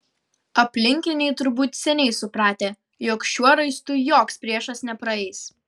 aplinkiniai turbūt seniai supratę jog šiuo raistu joks priešas nepraeis